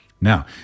Now